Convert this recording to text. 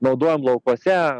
naudojam laukuose